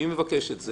מי מבקש את זה?